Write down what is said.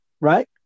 right